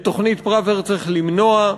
את תוכנית פראוור צריך למנוע,